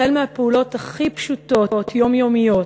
החל בפעולות הכי פשוטות, יומיומיות,